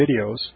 videos